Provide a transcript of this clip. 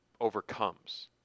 overcomes